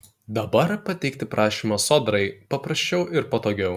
dabar pateikti prašymą sodrai paprasčiau ir patogiau